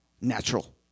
natural